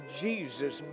Jesus